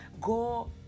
go